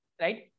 Right